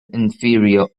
inferior